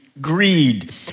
greed